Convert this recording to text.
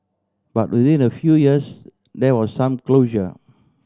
but within a few years there was some closure